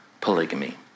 polygamy